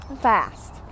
fast